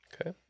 Okay